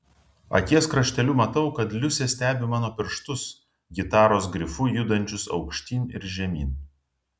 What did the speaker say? akies krašteliu matau kad liusė stebi mano pirštus gitaros grifu judančius aukštyn ir žemyn